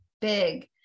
big